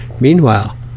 Meanwhile